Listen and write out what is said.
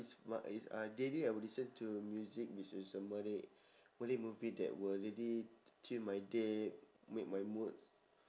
is what is uh daily I would listen to music which is a malay malay movie that will really treat my day make my mood